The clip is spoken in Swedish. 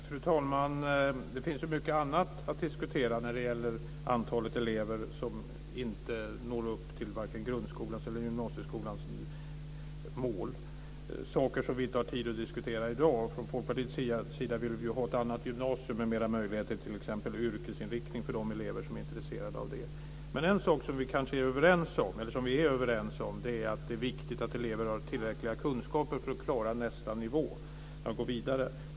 Fru talman! Det finns mycket annat att diskutera när det gäller antalet elever som inte når upp till vare sig grundskolans eller gymnasieskolans mål. Det är saker som vi inte har tid att diskutera i dag. Från Folkpartiets sida vill vi ju ha ett annat gymnasium med fler möjligheter, t.ex. yrkesinriktning för de elever som är intresserade av det. Men en sak som vi är överens om är att det är viktigt att elever har tillräckliga kunskaper för att klara nästa nivå när de går vidare.